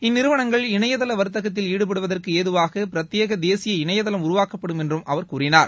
இந்நிறுவனங்கள் இணையதள வர்த்தகத்தில் ஈடுபடுவதற்கு ஏதுவாக பிரத்யேக தேசிய இணையதளம் உருவாக்கப்படும் என்றும் அவர் கூறினார்